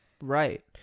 Right